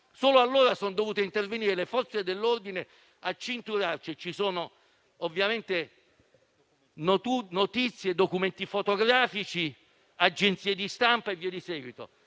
Solo allora sono intervenute le Forze dell'ordine a cinturarci; ci sono ovviamente notizie, documenti fotografici, agenzie di stampa e via di seguito.